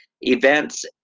events